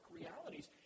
realities